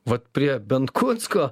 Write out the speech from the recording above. vat prie benkunsko